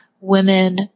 women